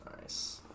Nice